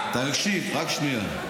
תקשיב, רק שנייה.